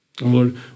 Lord